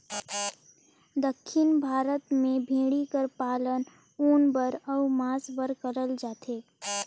दक्खिन भारत में भेंड़ी कर पालन ऊन बर अउ मांस बर करल जाथे